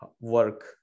work